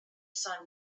sun